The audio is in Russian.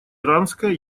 иранская